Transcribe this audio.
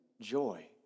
joy